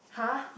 !huh!